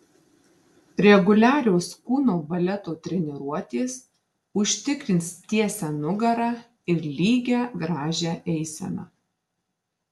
reguliarios kūno baleto treniruotės užtikrins tiesią nugarą ir lygią gražią eiseną